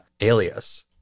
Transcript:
alias